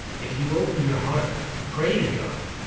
if you open your heart to pray to god,